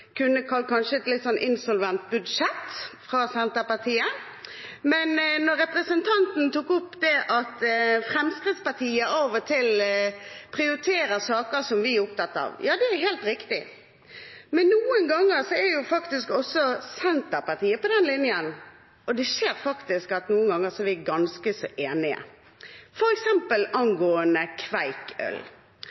Fremskrittspartiet av og til prioriterer saker som vi er opptatt av. Ja, det er helt riktig. Men noen ganger er faktisk også Senterpartiet på den linjen. Det skjer faktisk noen ganger at vi er ganske så enige, f.eks. angående